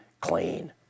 clean